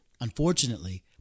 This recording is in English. Unfortunately